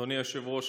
אדוני היושב-ראש,